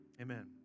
Amen